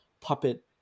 puppet